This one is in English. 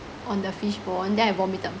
on the fishbone then I vomited